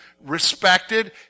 respected